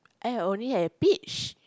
I only have peach